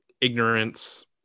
ignorance